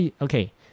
Okay